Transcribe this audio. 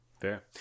Fair